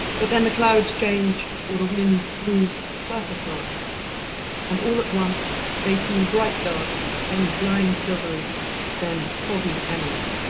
but then the clouds change or the wind moves a surface mark and all at once they seem bright dark and blind silvery then foggy emerald.